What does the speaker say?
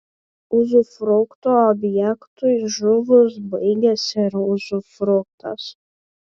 uzufrukto objektui žuvus baigiasi ir uzufruktas